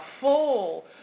full